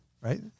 right